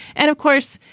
and, of course,